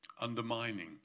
undermining